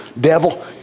Devil